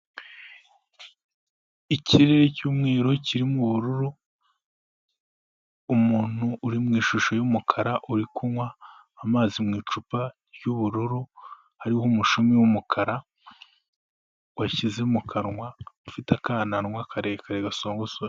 Ikirere cy'umweru kirimo ubururu. Umuntu uri mu ishusho y'umukara uri kunywa amazi mu' icupa ry'ubururu hariho umushumi w'umukara, washyize mu kanwa ufite akanawa karekare gasongosoye.